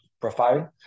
profile